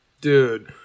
Dude